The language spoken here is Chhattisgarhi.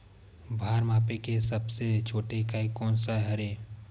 भार मापे के सबले छोटे इकाई कोन सा हरे?